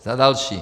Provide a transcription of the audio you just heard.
Za další.